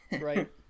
Right